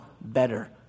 better